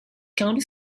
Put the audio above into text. county